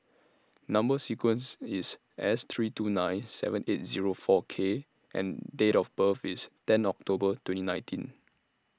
Number sequence IS S three two nine seven eight Zero four K and Date of birth IS ten October twenty nineteen